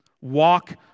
Walk